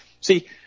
See